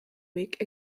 week